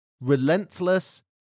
relentless